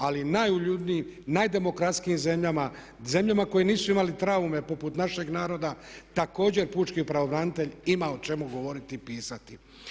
Ali, u najuljudnijim, najdemokratskijim zemljama, zemljama koje nisu imale traume poput našeg naroda također pučki pravobranitelj ima o čemu govoriti i pisati.